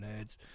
nerds